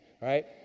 right